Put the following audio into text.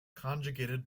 conjugated